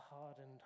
hardened